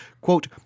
quote